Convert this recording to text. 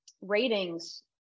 ratings